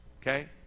okay